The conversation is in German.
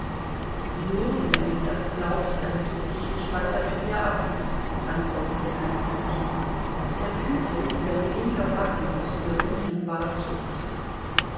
nun wenn du das glaubst dann gib dich nicht weiter mit mir ab antwortete konstantin er fühlte wie sein linker backenmuskel unhemmbar zuckte